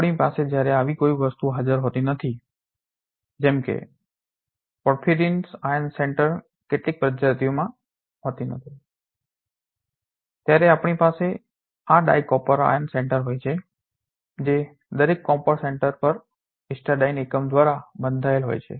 આપણી પાસે જ્યારે આવી કોઈ વસ્તુ હાજર હોતી નથી જેમ કે આ પોર્ફિરિન આયર્ન સેન્ટર્સ કેટલીક પ્રજાતિમાં નથી હોતી ત્યારે આપણી પાસે આ ડાય કોપર આયર્ન સેન્ટર્સ હોય છે જે દરેક કોપર સેન્ટર પર હિસ્ટિડાઇન એકમ દ્વારા બંધાયેલ હોય છે